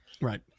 right